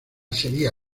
sería